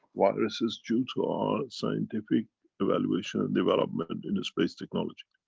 viruses due to our scientific evaluation and development and in the space technology.